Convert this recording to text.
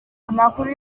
amakuru